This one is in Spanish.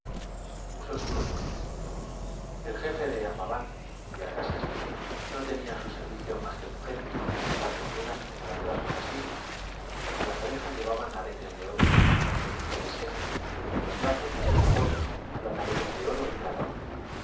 usos y costumbres el jefe de amaban en cuya casa estuve no tenía a su servicio mas que mujeres que iban desnudas como las de las otras islas en las orejas llevaban aretes de oro con flequitos de seda y en los brazos hasta el codo brazaletes de oro y de latón